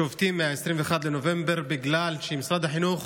שובתים מ-21 בנובמבר בגלל שמשרד החינוך